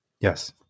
Yes